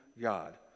God